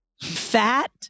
fat